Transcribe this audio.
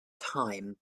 time